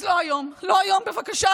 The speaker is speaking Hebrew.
אז לא היום, לא היום, בבקשה.